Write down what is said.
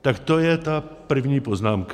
Tak to je ta první poznámka.